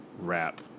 wrap